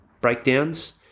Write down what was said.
breakdowns